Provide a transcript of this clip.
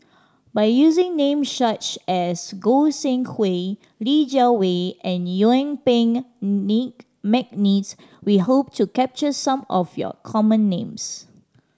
by using names such as Goi Seng Hui Li Jiawei and Yuen Peng Nick McNeice we hope to capture some of your common names